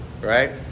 Right